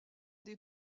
des